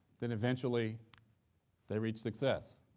then eventually they reach success.